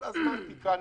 כל הזמן תיקנו.